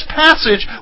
passage